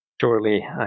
Surely